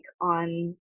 on